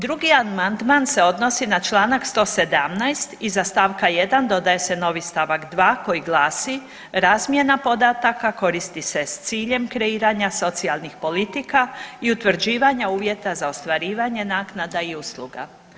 Drugi amandman se odnosi na čl. 117., iza st. 1. dodaje se novi st. 2. koji glasi, razmjena podataka koristi se s ciljem kreiranja socijalnih politika i utvrđivanja uvjeta za ostvarivanje naknada i usluga.